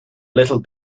little